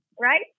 right